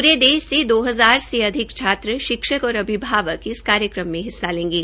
पूरे देश से दो हजार से अधिक छात्र शिक्षक और अभिभावक इस कार्यक्रम में हिस्सा लेंगे